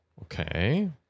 Okay